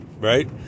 right